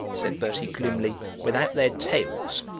said bertie gloomily, without their tails.